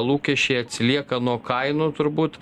lūkesčiai atsilieka nuo kainų turbūt